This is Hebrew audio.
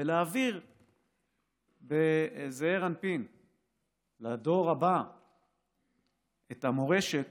ולהעביר בזעיר אנפין לדור הבא את המורשת